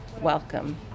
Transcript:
welcome